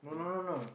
no no